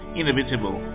inevitable